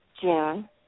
June